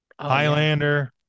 Highlander